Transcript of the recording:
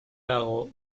lago